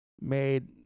made